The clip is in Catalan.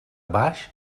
baix